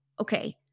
okay